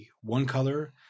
one-color